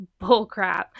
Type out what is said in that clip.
bullcrap